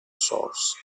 source